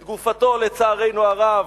את גופתו, לצערנו הרב,